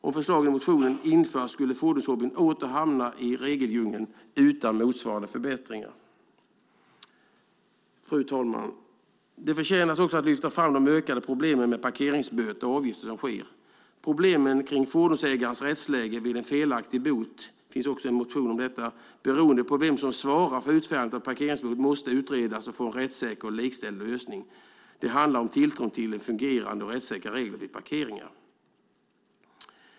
Om förslagen i motionen införs skulle fordonshobbyn åter hamna i regeldjungeln utan motsvarande förbättringar. Fru talman! Det förtjänas också att lyfta fram de ökade problemen som finns med parkeringsböter och avgifter. Problemen med fordonsägarens rättsläge vid en felaktig bot beroende på vem som svarar för utfärdande av parkeringsbot måste utredas och få en rättssäker och likställd lösning. Det handlar om tilltron till fungerande och rättssäkra regler vid parkeringar.